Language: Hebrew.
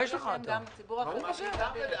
לדעתי גם הציבור החרדי נמצא בירידה.